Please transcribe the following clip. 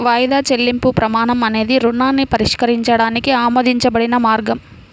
వాయిదా చెల్లింపు ప్రమాణం అనేది రుణాన్ని పరిష్కరించడానికి ఆమోదించబడిన మార్గం